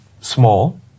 small